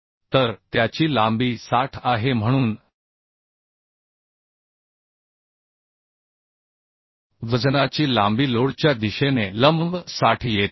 तर त्याची लांबी 60 आहे म्हणून वजनाची लांबी लोडच्या दिशेने लंब 60 येत आहे